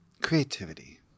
creativity